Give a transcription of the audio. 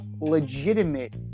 legitimate